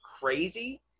crazy